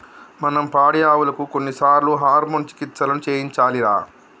మనం పాడియావులకు కొన్నిసార్లు హార్మోన్ చికిత్సలను చేయించాలిరా